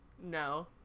No